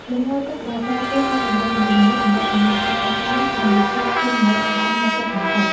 លំហូរទឹកដែលប្រែប្រួលតាមតំបន់នីមួយៗតម្រូវឱ្យមានការតាមដាន និងវិភាគទិន្នន័យឱ្យបានហ្មត់ចត់បំផុត។